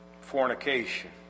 fornication